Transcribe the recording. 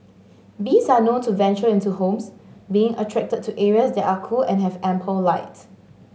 bees are known to venture into homes being attracted to areas that are cool and have ample light